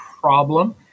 problem